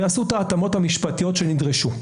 ועשו את ההתאמות המשפטיות שנדרשו.